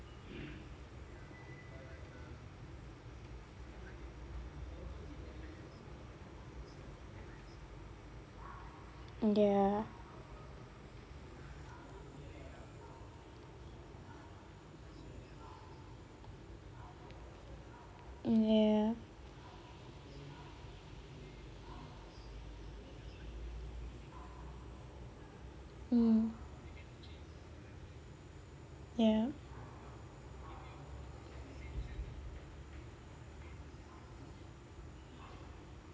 mm ya mm ya mm ya